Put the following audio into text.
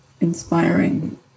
inspiring